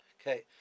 Okay